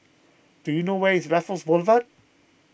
do you know where is Raffles Boulevard